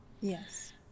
Yes